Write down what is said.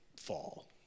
fall